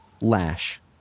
Lash